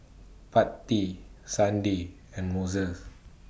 Patti Sunday and